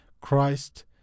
Christ